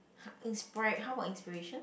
inspire how about inspiration